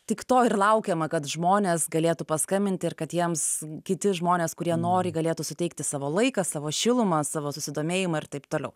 tik to ir laukiama kad žmonės galėtų paskambinti ir kad jiems kiti žmonės kurie nori galėtų suteikti savo laiką savo šilumą savo susidomėjimą ir taip toliau